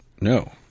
No